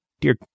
dear